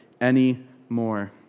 anymore